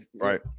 right